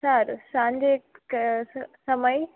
સારું સાંજે કે સમય